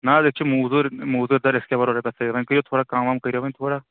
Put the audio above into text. نہ حظ أسۍ چھِ موزوٗر موزوٗر دار أسۍ کیٛاہ بَرو یوٗتاہ فیٖس وۄنۍ کَم وَم کٔرِو وۄنۍ تھوڑا